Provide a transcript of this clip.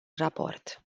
raport